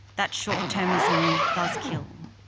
that short-termism does kill.